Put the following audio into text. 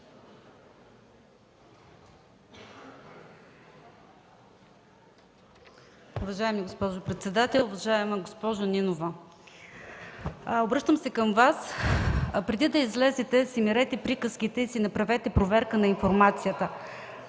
Уважаеми господин председател! Уважаема госпожо Нинова, обръщам се към Вас: преди да излезете си мерете приказките и си направена проверка на информацията.